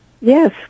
Yes